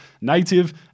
native